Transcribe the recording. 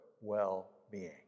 well-being